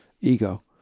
ego